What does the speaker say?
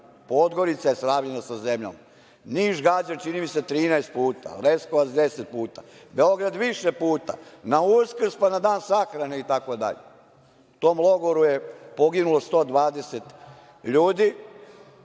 Podgorica je sravnjena sa zemljom. Niš gađan, čini mi se, 13 puta. Leskovac 10 puta. Beograd više puta, na Uskrs pa na dan sahrane, itd. U tom logoru je poginulo 120 ljudi,